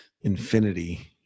Infinity